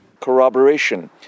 Corroboration